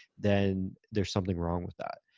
then there's something wrong with that.